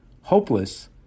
hopeless